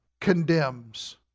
condemns